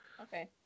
okay